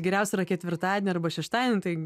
geriausia yra ketvirtadienį arba šeštadienį tai